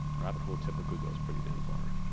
rabbit hole typically goes pretty damn far.